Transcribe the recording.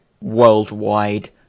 worldwide